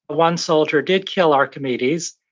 one soldier did kill archimedes,